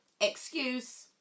excuse